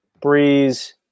Breeze